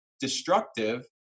destructive